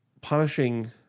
punishing